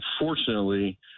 Unfortunately